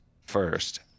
first